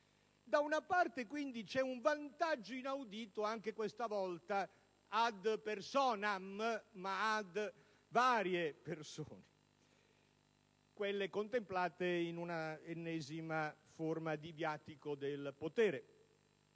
Da una parte, quindi, c'è un vantaggio inaudito anche questa volta *ad personam*, a favore di varie persone. Mi riferisco a quello contemplato in un'ennesima forma di viatico del potere